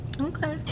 Okay